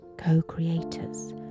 co-creators